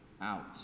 out